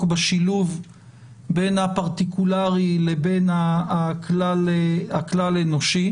בשילוב בין הפרטיקולרי לבין הכלל-אנושי.